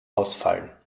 ausfallen